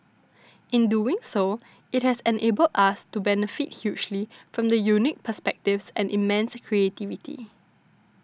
in doing so it has enabled us to benefit hugely from the unique perspectives and immense creativity